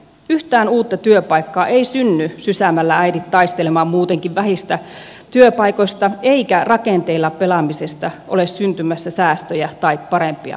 yhtään uutta työpaikkaa ei synny sysäämällä äidit taistelemaan muutenkin vähistä työpaikoista eikä rakenteilla pelaamisesta ole syntymässä säästöjä tai parempia palveluita